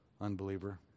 unbeliever